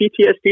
PTSD